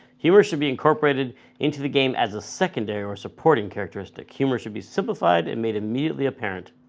humor should be incorporated into the game as a secondary or supporting characteristic. humor should be simplified and made immediately apparent.